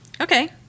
okay